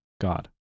God